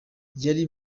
yari